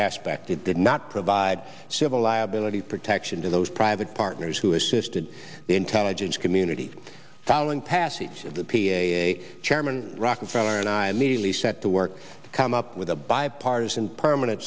aspect it did not provide civil liability protection to those private partners who assisted the intelligence community following passage of the p a chairman rockefeller and i immediately set to work to come up with a bipartisan permanent